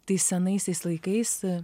tais senaisiais laikais